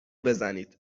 بزنید